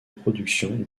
production